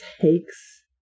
takes